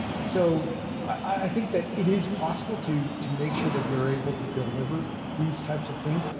so i think that it is possible to to make sure that we're able to deliver these type of things.